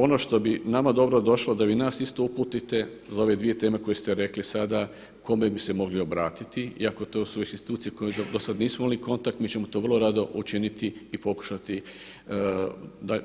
Ono što bi nama dobro došlo da vi nas isto uputite za ove dvije teme koje ste rekli sada kome bi se mogli obratiti iako to su institucije s kojima do sada nismo imali kontakt, mi ćemo to vrlo rado učiniti i pokušati